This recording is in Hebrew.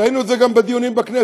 ראינו את זה גם בדיונים בכנסת,